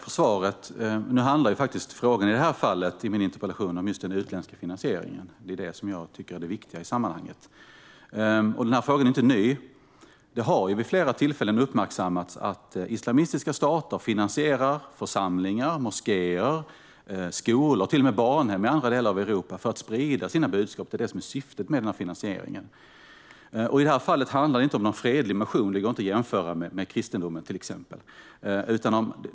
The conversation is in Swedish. Fru talman! Tack för svaret! Frågan i det här fallet, i min interpellation, handlade faktiskt om just den utländska finansieringen. Det är det som jag tycker är det viktiga i sammanhanget. Frågan är inte ny. Det har vid flera tillfällen uppmärksammats att islamistiska stater finansierar församlingar, moskéer, skolor och till och med barnhem i andra delar av Europa för att sprida sina budskap. Det är det som är syftet med finansieringen. I det här fallet handlar det inte om någon fredlig mission; det går inte att jämföra med till exempel kristendomen.